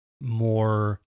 more